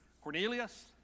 Cornelius